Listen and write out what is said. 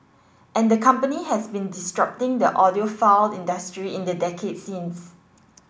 and the company has been disrupting the audiophile industry in the decade since